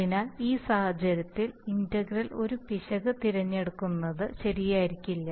അതിനാൽ ഈ സാഹചര്യത്തിൽ ഇന്റഗ്രൽ ഒരു പിശക് തിരഞ്ഞെടുക്കുന്നത് ശരിയായിരിക്കില്ല